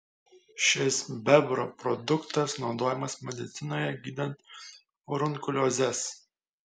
šis bebro produktas naudojamas medicinoje gydant furunkuliozes